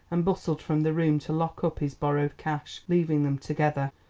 and bustled from the room to lock up his borrowed cash, leaving them together.